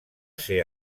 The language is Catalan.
ser